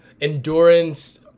endurance